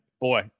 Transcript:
boy